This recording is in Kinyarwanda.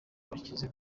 bakize